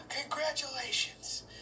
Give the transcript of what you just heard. congratulations